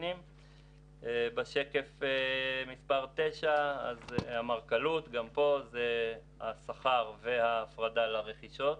שקף מס' 9 אמרכלות: גם פה זה השכר וההפרדה לרכישות,